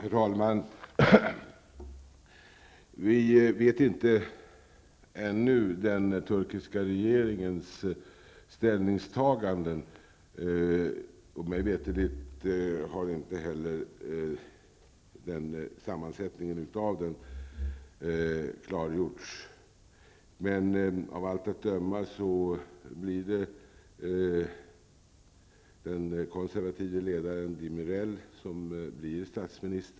Herr talman! Vi vet ännu inte någonting om den turkiska regeringens ställningstaganden. Mig veterligt har inte heller sammansättningen av den klargjorts. Men av allt att döma blir den konservative ledaren Demirel statsminister.